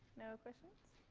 no questions?